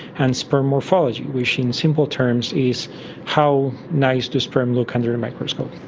and sperm morphology, which in simple terms is how nice the sperm looks under a microscope.